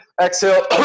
exhale